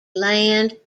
land